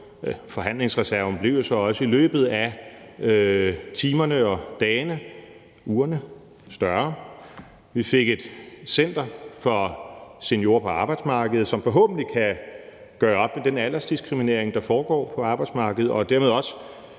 Forhandlingsreserven blev jo så også i løbet af timerne, dagene og ugerne større. Vi fik et center for seniorer for arbejdsmarkedet, som forhåbentlig kan gøre op med den aldersdiskriminering, der foregår på arbejdsmarkedet, og dermed